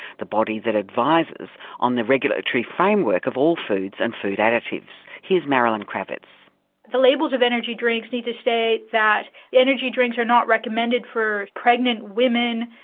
the body that advises on the regulatory framework of all foods and food additives. marilyn krawitz the labels of energy drinks need to state that energy drinks are not recommended for pregnant women,